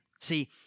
See